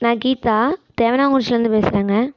நான் கீதா குறிச்சிலேருந்து பேசுகிறேங்க